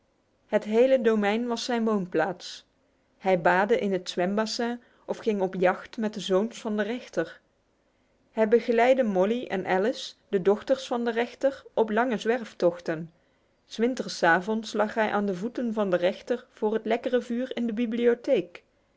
het hele domein was zijn woonplaats hij baadde in het zwembassin of ging op jacht met de zoons van den rechter hij begeleidde mollie en alice de dochters van den rechter op lange zwerftochten s wintersavonds lag hij aan de voeten van den rechter voor het lekkere vuur in de bibliotheek